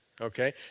Okay